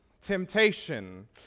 Temptation